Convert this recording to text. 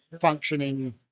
functioning